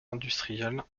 industriels